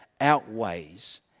outweighs